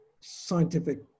scientific